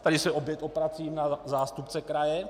Tady se opět obracím na zástupce kraje.